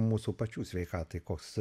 mūsų pačių sveikatai koks